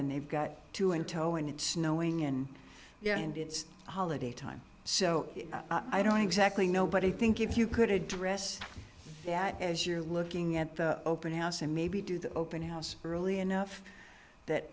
and they've got two in tow and it's snowing and yeah and it's holiday time so i don't exactly know but i think if you could address that as you're looking at the open house and maybe do the open house early enough that